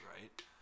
Right